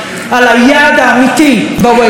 ליעד האמיתי ב-Waze שלכם,